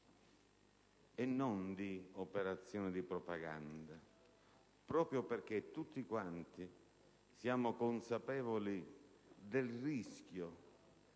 e non di operazioni di propaganda, proprio perché tutti siamo consapevoli della